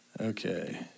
Okay